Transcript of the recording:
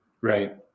Right